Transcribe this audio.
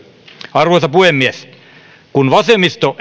arvoisa puhemies kun vasemmisto